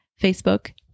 facebook